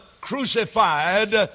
crucified